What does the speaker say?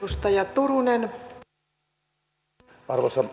arvoisa rouva puhemies